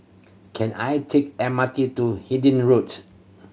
can I take M R T to Road